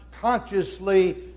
consciously